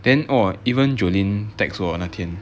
then orh even jolene text 我那天